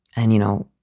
and, you know,